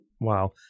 Wow